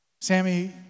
Sammy